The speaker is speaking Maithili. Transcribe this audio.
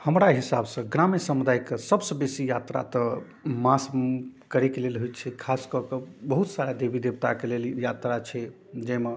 हमरा हिसाबसँ ग्राम्य समुदायके सबसँ बेसी यात्रा तऽ मास करैके लेल होइ छै खासकऽ कऽ बहुत सारा देवी देवताके लेल ई यात्रा छै जाहिमे